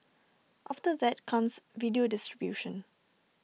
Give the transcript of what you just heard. after that comes video distribution